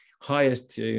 highest